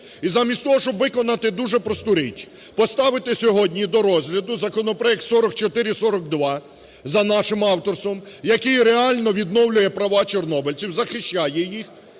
і замість того, щоб виконати дуже просту річ: поставити сьогодні до розгляду законопроект 4442 за нашим авторством, який реально відновлює права чорнобильців, захищає їх,